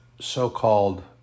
so-called